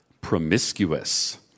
promiscuous